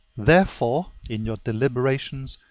therefore, in your deliberations,